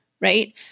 right